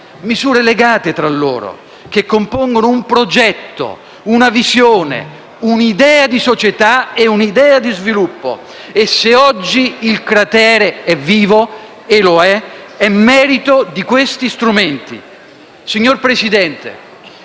misure legate tra loro, che compongono un progetto, una visione, un'idea di società e un'idea di sviluppo. Se oggi il cratere è vivo - e lo è - è merito di questi strumenti. Signor Presidente,